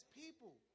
people